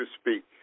speak